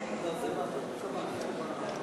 אדוני יושב-ראש הכנסת, חברי הכנסת,